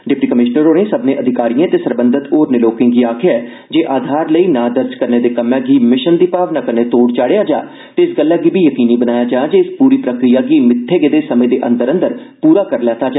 DC होरें सब्बने अधिकारिएं ते सरबंघत होरने लोकें गी आधार लेई नां दर्ज करने दे कम्मै गी मिशन दी भावना कन्नै तोड़ चाढ़ेआ जा ते इस गल्लै गी बी जकीनी बनाया जा जे इस पूरी प्रक्रिया गी मित्थे गेदे समें दे अंदर अंदर पूरा करी लैता जा